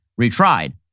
retried